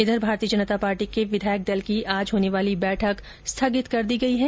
इधर भारतीय जनता पार्टी के विधायक दल की आज होने वाली बैठक स्थगित कर दी गई है